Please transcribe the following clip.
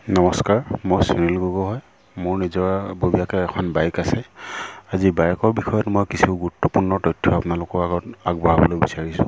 নমস্কাৰ মই সুনীল গগৈ হয় মোৰ নিজাববীয়াকে এখন বাইক আছে আজি বাইকৰ বিষয়ত মই কিছু গুৰুত্বপূৰ্ণ তথ্য আপোনালোকৰ আগত আগবঢ়াবলৈ বিচাৰিছোঁ